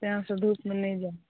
से हम धुपमे नहि जायब